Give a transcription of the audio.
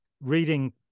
Reading